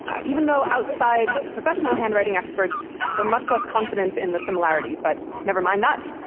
even though outside professional handwriting experts were much less confident in the similarity, but never mind that.